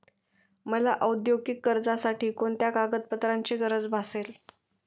मला औद्योगिक कर्जासाठी कोणत्या कागदपत्रांची गरज भासेल?